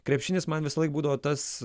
krepšinis man visąlaik būdavo tas